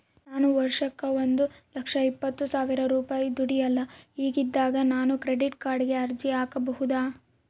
ನಾನು ವರ್ಷಕ್ಕ ಒಂದು ಲಕ್ಷ ಇಪ್ಪತ್ತು ಸಾವಿರ ರೂಪಾಯಿ ದುಡಿಯಲ್ಲ ಹಿಂಗಿದ್ದಾಗ ನಾನು ಕ್ರೆಡಿಟ್ ಕಾರ್ಡಿಗೆ ಅರ್ಜಿ ಹಾಕಬಹುದಾ?